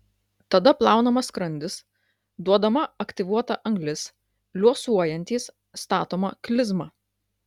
tada plaunamas skrandis duodama aktyvuota anglis liuosuojantys statoma klizma